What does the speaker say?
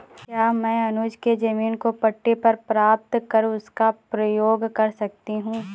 क्या मैं अनुज के जमीन को पट्टे पर प्राप्त कर उसका प्रयोग कर सकती हूं?